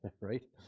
right